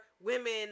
women